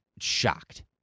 shocked